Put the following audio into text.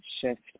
shift